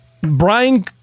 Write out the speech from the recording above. Brian